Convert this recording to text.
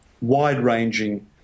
wide-ranging